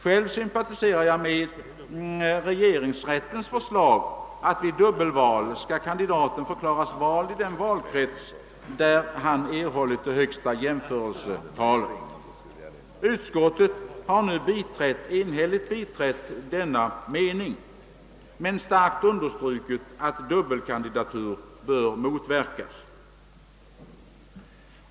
Jag sympatiserar själv med regeringsrättens förslag att kandidat vid dubbelval skall förklaras vald i den valkrets där han fått det högsta jämförelsetalet. Utskottet har enhälligt biträtt denna ståndpunkt, men starkt understrukit att dubbelkandidatur bör motverkas.